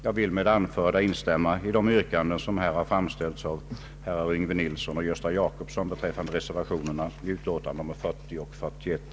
Jag vill med det anförda instämma i de yrkanden som framställts av herrar Yngve Nilsson och Gösta Jacobsson beträffande reservationerna vid bevillningsutskottets betänkanden nr 40 och 41.